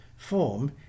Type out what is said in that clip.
Form